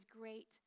great